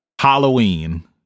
Halloween